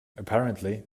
apparently